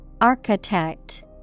Architect